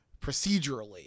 procedurally